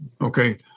Okay